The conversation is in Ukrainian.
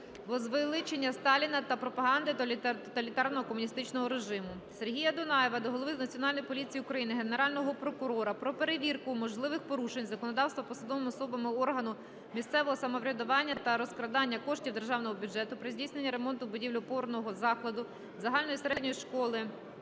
возвеличення Сталіна та пропаганди тоталітарного комуністичного режиму. Сергія Дунаєва до голови Національної поліції України, Генерального прокурора про перевірку можливих порушень законодавства посадовими особами органу місцевого самоврядування та розкрадання коштів Державного бюджету при здійсненні ремонту будівель опорного закладу загальної середньої школи